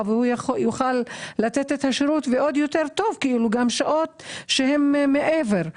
כך שהוא יוכל לתת את השירות גם בשעות שהן מעבר,